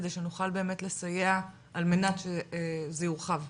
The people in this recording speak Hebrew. כדי שנוכל באמת לסייע על מנת שזה יורחב,